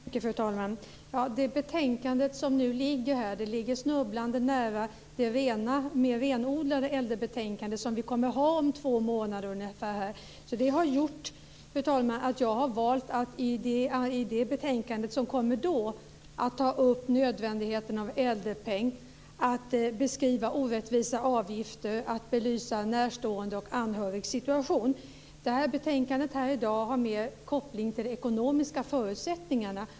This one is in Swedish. Fru talman! Det betänkande som nu föreligger ligger snubblande nära det mer renodlade äldrebetänkande som vi kommer att behandla om ungefär två månader. Av den anledningen har jag valt att vid den behandlingen ta upp nödvändigheten av en äldrepeng, att beskriva orättvisa avgifter och att belysa närståendes och anhörigas situation. Det betänkande som vi behandlar i dag har mer koppling till de ekonomiska förutsättningarna.